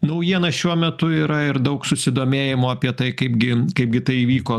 naujieną šiuo metu yra ir daug susidomėjimo apie tai kaip gi kaip gi tai įvyko